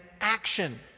action